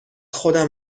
خودم